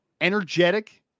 energetic